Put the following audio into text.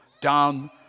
down